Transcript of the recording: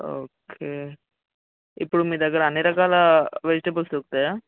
okay ఇప్పుడు మీ దగ్గర అన్నీ రకాల వెజిటేబుల్స్ దొరుకుతాయా